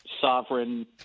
sovereign